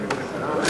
בעד,